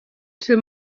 till